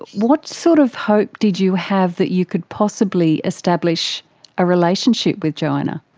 what sort of hope did you have that you could possibly establish a relationship with joanna?